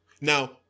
Now